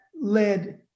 led